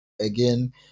again